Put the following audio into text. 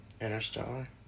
Interstellar